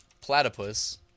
platypus